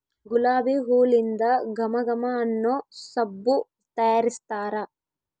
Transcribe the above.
ಗುಲಾಬಿ ಹೂಲಿಂದ ಘಮ ಘಮ ಅನ್ನೊ ಸಬ್ಬು ತಯಾರಿಸ್ತಾರ